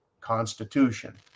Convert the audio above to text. constitution